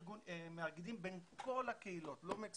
אנחנו מאגדים בין כל הקהילות, לא רק מקסיקו.